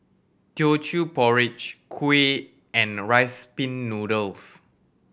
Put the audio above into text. Teochew Porridge kuih and Rice Pin Noodles